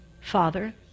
father